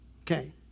Okay